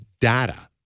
data